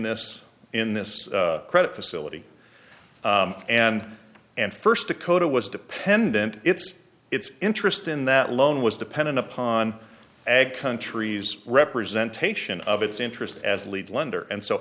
this in this credit facility and and first dakota was dependent it's its interest in that loan was dependent upon ag countries representation of its interest as a lead lender and so